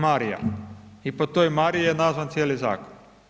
Marija i po toj Mariji je nazvan cijeli zakon.